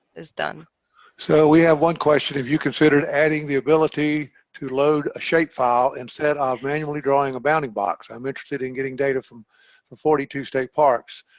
it's done so we have one question, have you considered adding the ability to load a shapefile instead ah of manually drawing a bounding box i'm interested in getting data from from forty two state parks.